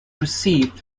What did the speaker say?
received